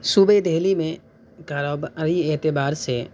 صوبے دہلی میں کاروباری اعتبار سے